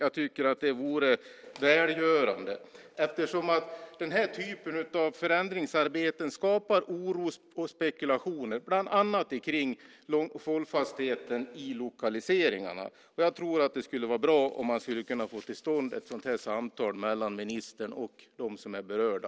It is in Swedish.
Det vore välgörande eftersom denna typ av förändringsarbete skapar oro och spekulationer, bland annat om hållfastheten i lokaliseringarna. Det skulle vara bra om man kunde få till stånd ett samtal mellan ministern och dem som är berörda.